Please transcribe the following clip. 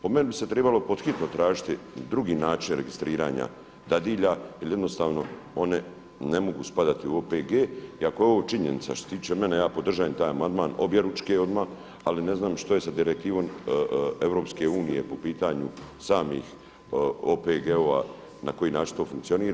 Po meni bi se trebali pod hitno tražiti drugi način registriranja dadilja jer jednostavno one mogu spadati u OPG i ako je ovo činjenica, što se tiče mene ja podržavam taj amandman objeručke odmah, ali ne znam što je sa direktivom EU po pitanju samih OPG-ova na koji način to funkcionira.